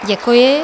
Děkuji.